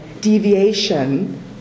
deviation